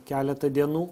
keletą dienų